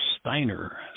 Steiner